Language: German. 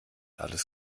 alles